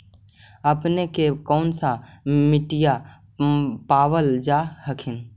अपने के कौन सा मिट्टीया पाबल जा हखिन?